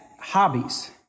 hobbies